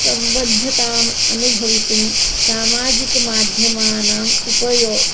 सम्बद्धताम् अनुभवितुं सामाजिक माध्यमानाम् उपयोगम्